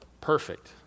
perfect